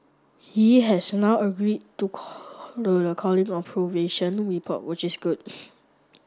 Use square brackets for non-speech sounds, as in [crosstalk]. he has now agreed to call the calling of the [unintelligible] report which is good [noise]